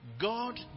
God